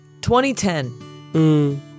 2010